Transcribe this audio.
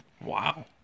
Wow